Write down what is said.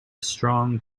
strong